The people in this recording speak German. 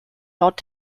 laut